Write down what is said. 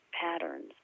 patterns